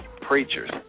Preachers